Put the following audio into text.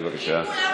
בבקשה.